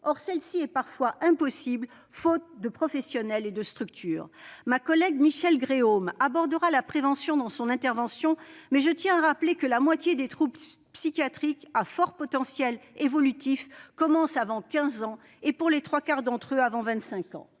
or celle-ci est parfois impossible, faute de professionnels et de structures. Ma collègue Michelle Gréaume évoquera la prévention dans son intervention, mais je rappelle d'ores et déjà que la moitié des troubles psychiatriques à fort potentiel évolutif commencent avant l'âge de 15 ans, et pour les trois quarts d'entre eux avant 25 ans.